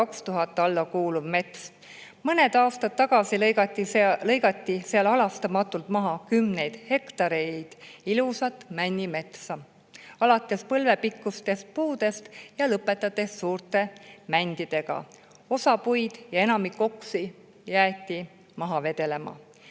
2000 alla kuuluv mets. Mõned aastad tagasi lõigati seal halastamatult maha kümneid hektareid ilusat männimetsa, alates põlvepikkustest puudest ja lõpetades suurte mändidega. Osa puid ja enamik oksi jäeti maha vedelema.